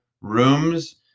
rooms